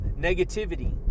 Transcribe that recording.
negativity